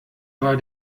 war